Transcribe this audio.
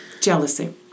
Jealousy